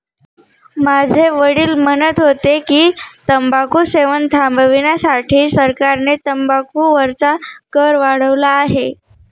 माझे वडील म्हणत होते की, तंबाखू सेवन थांबविण्यासाठी सरकारने तंबाखू वरचा कर वाढवला आहे